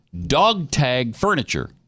dogtagfurniture